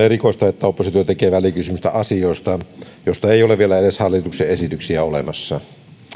erikoista että oppositio tekee välikysymystä asioista joista ei ole vielä edes hallituksen esityksiä olemassa